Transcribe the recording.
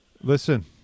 Listen